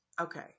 Okay